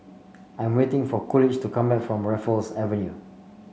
I am waiting for Coolidge to come back from Raffles Avenue